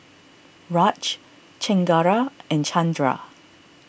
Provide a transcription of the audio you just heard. Raj Chengara and Chandra